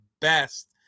best